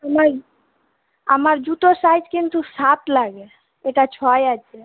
আমায় আমার জুতোর সাইজ কিন্তু সাত লাগে এটা ছয় আছে